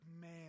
man